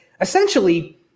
essentially